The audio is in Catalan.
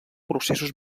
processos